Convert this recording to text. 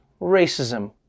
racism